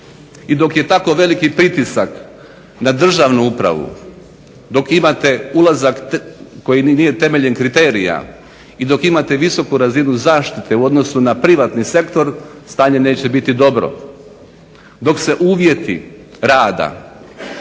I dok je tako veliki pritisak na državnu upravu, dok imate ulazak koji ni nije temeljem kriterija i dok imate visoku razinu zaštite u odnosu na privatni sektor stanje neće biti dobro. Dok se uvjeti rada,